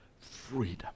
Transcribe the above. freedom